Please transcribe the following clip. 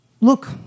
look